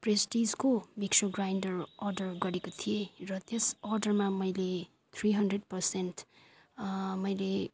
प्रेस्टिजको mixer grinder order गरेको थिएँ र त्यस अर्डरमा मैले थ्री हन्ड्रेड पर्सेन्ट मैले